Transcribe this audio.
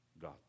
God